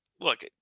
look